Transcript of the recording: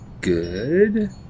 good